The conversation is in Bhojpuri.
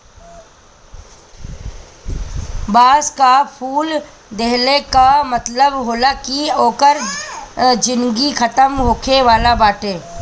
बांस कअ फूल देहले कअ मतलब होला कि ओकर जिनगी खतम होखे वाला बाटे